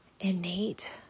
innate